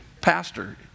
pastor